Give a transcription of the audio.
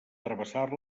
travessar